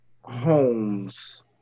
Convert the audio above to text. homes